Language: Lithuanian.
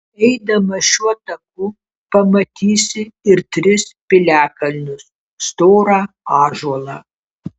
eidamas šiuo taku pamatysi ir tris piliakalnius storą ąžuolą